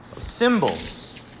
Symbols